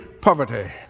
poverty